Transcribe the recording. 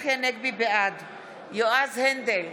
בעד יועז הנדל,